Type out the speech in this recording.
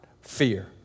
fear